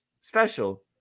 special